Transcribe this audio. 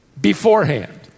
beforehand